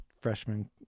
Freshman